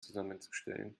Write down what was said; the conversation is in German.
zusammenzustellen